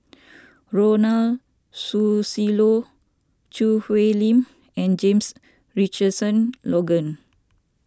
Ronald Susilo Choo Hwee Lim and James Richardson Logan